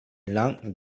long